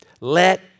Let